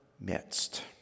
midst